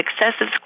excessive